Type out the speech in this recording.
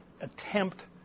attempt